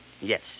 Yes